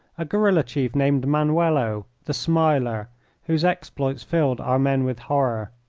a guerilla chief named manuelo, the smiler, whose exploits filled our men with horror.